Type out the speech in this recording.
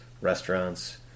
restaurants